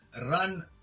run